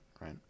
right